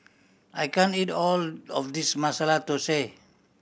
I can't eat all of this Masala Thosai